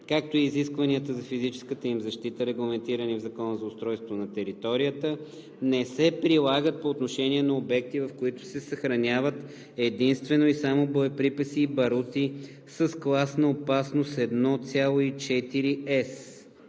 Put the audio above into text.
както и изискванията за физическата им защита, регламентирани в Закона за устройство на територията, не се прилагат по отношение на обекти, в които се съхраняват единствено и само боеприпаси и барути с клас на опасност 1,4S.“